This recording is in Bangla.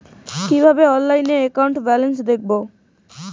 কিভাবে অনলাইনে একাউন্ট ব্যালেন্স দেখবো?